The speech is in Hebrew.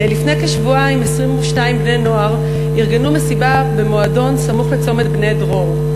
לפני כשבועיים 22 בני-נוער ארגנו מסיבה במועדון סמוך לצומת בני-דרור.